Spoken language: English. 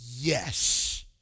Yes